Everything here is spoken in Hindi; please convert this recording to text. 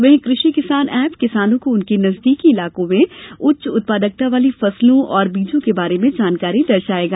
वहीं कृषि किसान ऐप किसानों को उनके नजदीकी इलाके में उच्च उत्पादकता वाली फसलों और बीजों के बारे में जानकारी दर्शाएगा